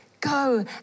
Go